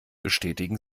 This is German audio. bestätigen